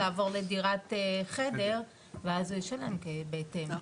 לעבור לדירת חדר ואז הוא ישלם בהתאם.